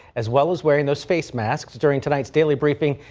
as well as wearing those face masks during tonight's daily briefing.